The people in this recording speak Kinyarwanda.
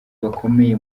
bakomeye